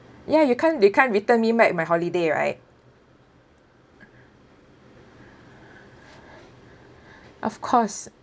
ya you can't you can't return me back my holiday right of course